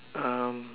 um